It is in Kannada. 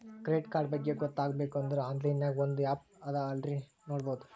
ಕ್ರೆಡಿಟ್ ಕಾರ್ಡ್ ಬಗ್ಗೆ ಗೊತ್ತ ಆಗ್ಬೇಕು ಅಂದುರ್ ಆನ್ಲೈನ್ ನಾಗ್ ಒಂದ್ ಆ್ಯಪ್ ಅದಾ ಅಲ್ಲಿ ನೋಡಬೋದು